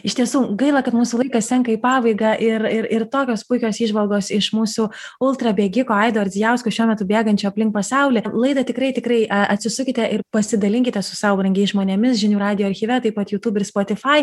iš tiesų gaila kad mūsų laikas senka į pabaigą ir ir ir tokios puikios įžvalgos iš mūsų ultrabėgiko aido ardzijausko šiuo metu bėgančio aplink pasaulį laidą tikrai tikrai atsisukite ir pasidalinkite su sau brangiais žmonėmis žinių radijo archyve taip pat jutub ir spotifai